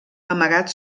amagat